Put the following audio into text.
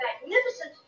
magnificent